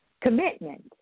Commitment